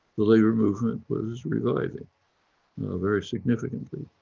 the labour movement was reviving very significantly,